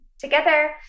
together